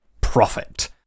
profit